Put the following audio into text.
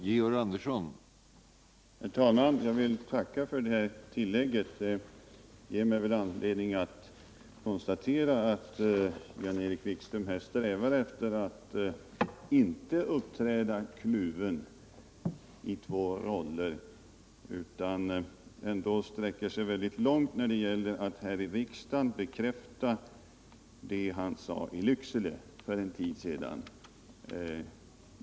Herr talman! Jag vill tacka för det här tillägget. Det ger mig anledning att konstatera att Jan-Erik Wikström strävar efter att inte uppträda kluven, i två roller, utan sträcker sig mycket långt när det gäller att här i riksdagen bekräfta det han för en tid sedan sade i Lycksele.